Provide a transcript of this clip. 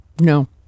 no